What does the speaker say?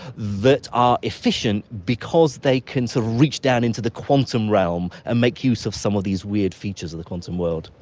that are efficient because they can so reach down into the quantum realm and make use of some of these weird features of the quantum world.